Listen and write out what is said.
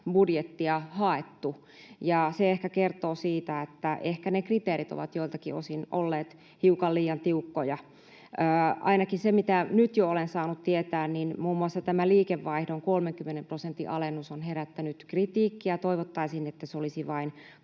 haettu, ja se ehkä kertoo siitä, että ehkä ne kriteerit ovat joiltakin osin olleet hiukan liian tiukkoja. Ainakin se, mitä nyt jo olen saanut tietää, niin muun muassa tämä liikevaihdon 30 prosentin alennus on herättänyt kritiikkiä — toivottaisiin, että se olisi vain